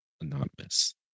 anonymous